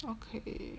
okay